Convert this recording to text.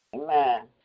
Amen